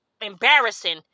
embarrassing